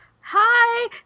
hi